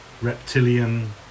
reptilian